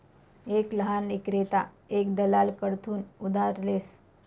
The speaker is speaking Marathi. एक लहान ईक्रेता एक दलाल कडथून उधार लेस